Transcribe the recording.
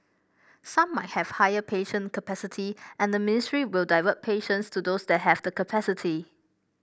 some might have higher patient capacity and the ministry will divert patients to those that have the capacity